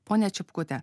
ponia čipkute